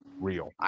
real